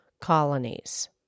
Colonies